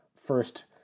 first